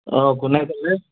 অঁ কোনে ক'লে